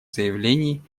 заявлений